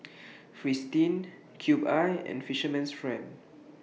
Fristine Cube I and Fisherman's Friend